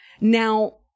Now